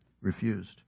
refused